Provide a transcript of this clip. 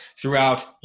throughout